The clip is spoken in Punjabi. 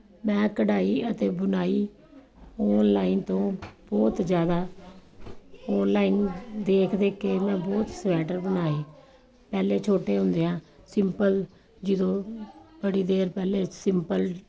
ਮੈਂ ਕਢਾਈ ਅਤੇ ਬੁਣਾਈ ਆਨਲਾਈਨ ਤੋਂ ਬਹੁਤ ਜ਼ਿਆਦਾ ਔਨਲਾਈਨ ਦੇਖ ਦੇਖ ਕੇ ਮੈਂ ਬਹੁਤ ਸਵੈਟਰ ਬਣਾਏ ਪਹਿਲੇ ਛੋਟੇ ਹੁੰਦਿਆਂ ਸਿੰਪਲ ਜਦੋਂ ਬੜੀ ਦੇਰ ਪਹਿਲੇ ਸਿੰਪਲ